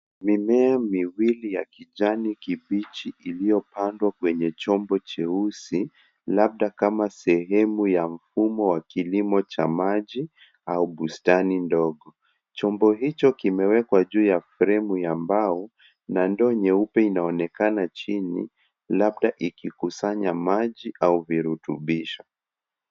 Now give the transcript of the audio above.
Mimea miwili ya kijani kibichi iliyopandwa kwenye chombo cheusi, labda kama sehemu ya mfumo wa kilimo cha maji au bustani ndogo. Chombo hicho kimewekwa juu ya fremu ya mbao na ndiyo nyeupe inaonekana chini, labda ikikusanya maji au virutubisho.